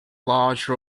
large